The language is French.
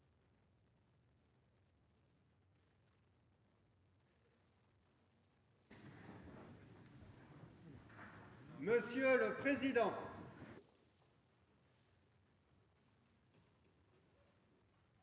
Monsieur le président,